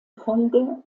folge